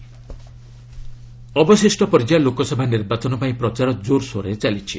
campaigning ଅବଶିଷ୍ଟ ପର୍ଯ୍ୟାୟ ଲୋକସଭା ନିର୍ବାଚନ ପାଇଁ ପ୍ରଚାର ଜୋରସୋରରେ ଚାଲିଛି